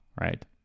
Right